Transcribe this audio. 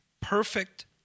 perfect